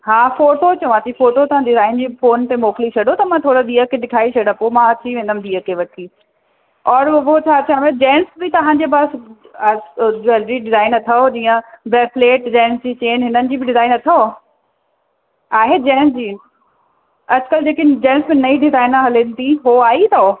हा फ़ोटो चवां थी फ़ोटो तव्हां डिजाइन जी फ़ोन ते मोकिले छॾियो त मां थोरो धीअ खे ॾिखाए छॾा पोइ मां अची वेंदमि धीअ खे वठी और हो छा चवे जेंट्स बि तव्हांजे पास ज्वैलरी डिजाइन अथव जीअं ब्रेसलेट जेंट्स जी चेन हिननि जी बि डिजाइन अथव आहे जेंट्स जी अॼकल्ह जेकी जेंट्स में नयी डिजाइनां हलनि थी हो आई अथव